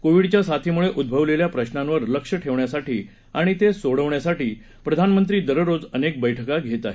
कोविडच्या साथीमुळे उद्भवलेल्या प्रश्नांवर लक्ष ठेवण्यासाठी आणि ते सोडवण्यासाठी प्रधानमंत्री दररोज अनेक बरळका घेत आहेत